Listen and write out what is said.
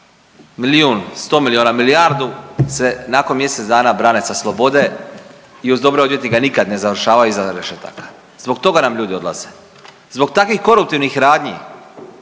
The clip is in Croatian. milijun, sto miliona, milijardu se nakon mjesec dana brane sa slobode i uz dobrog odvjetnika nikad ne završavaju iza rešetaka. Zbog toga nam ljudi odlaze. Zbog takvih koruptivnih radnji